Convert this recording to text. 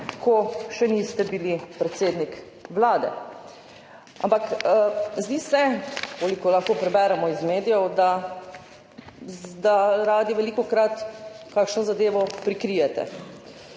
ko še niste bili predsednik Vlade. Ampak zdi se – to lahko preberemo iz medijev –, da radi velikokrat kakšno zadevo prikrijete.